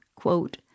quote